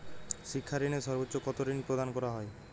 শিক্ষা ঋণে সর্বোচ্চ কতো ঋণ প্রদান করা হয়?